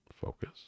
focus